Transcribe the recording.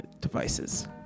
Devices